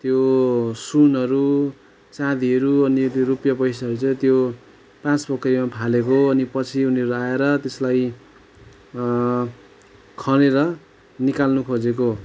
त्यो सुनहरू चाँदीहरू अनि त्यो रुपियाँ पैसाहरू चाहिँ त्यो पाँच पोखरीमा फालेको अनि पछि उनीहरू आएर त्यसलाई खनेर निकाल्नु खोजेको